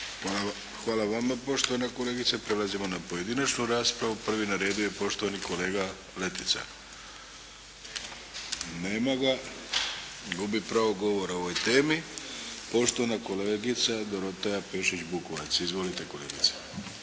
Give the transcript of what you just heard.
Hvala vama poštovana kolegice. Prelazimo na pojedinačnu raspravu. Prvi na redu je poštovani kolega Letica. Nema ga. Gubi pravo govora o ovoj temi. Poštovana kolegica Dorotea Pešić Bukovac. Izvolite kolegice.